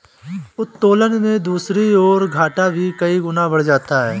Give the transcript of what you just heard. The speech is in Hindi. उत्तोलन में दूसरी ओर, घाटा भी कई गुना बढ़ जाता है